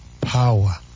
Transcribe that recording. power